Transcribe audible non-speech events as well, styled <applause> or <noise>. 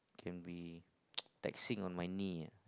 can be <noise> taxing on my knee ah